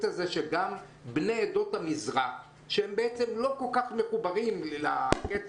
שגם בני עדות המזרח שהם בעצם לא כל כך מחוברים לעניין